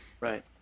Right